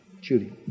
Judy